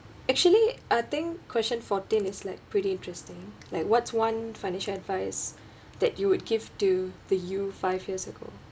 actually I think question fourteen is like pretty interesting like what's one financial advice that you would give to the you five years ago